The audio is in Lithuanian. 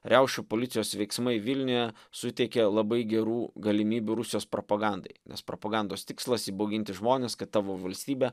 riaušių policijos veiksmai vilniuje suteikė labai gerų galimybių rusijos propagandai nes propagandos tikslas įbauginti žmones kad tavo valstybė